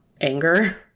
anger